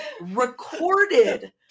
recorded